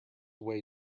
way